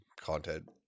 content